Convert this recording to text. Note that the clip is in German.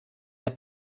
der